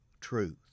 truth